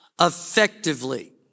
effectively